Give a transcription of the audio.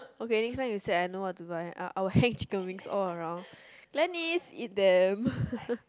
okay next time you said I know what to buy I I will hang chicken wings all around Glennys eat them